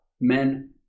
Men